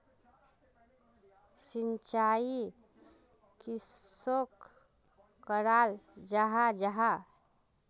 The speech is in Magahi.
सिंचाई किसोक कराल जाहा जाहा?